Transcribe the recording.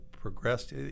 progressed